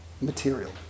material